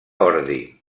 ordi